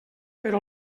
però